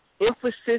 emphasis